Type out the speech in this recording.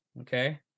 Okay